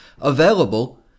available